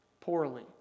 poorly